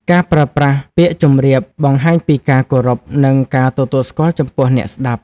ការប្រើប្រាស់ពាក្យ ជម្រាប បង្ហាញពីការគោរព និងការទទួលស្គាល់ចំពោះអ្នកស្ដាប់។